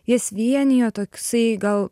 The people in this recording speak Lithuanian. jas vienijo toksai gal